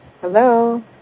Hello